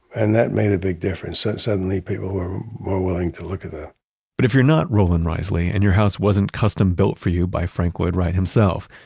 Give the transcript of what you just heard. and that made a big difference, so suddenly people were were willing to look at them but if you're not roland reisley and your house wasn't custom-built for you by frank lloyd wright himself,